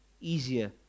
easier